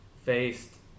faced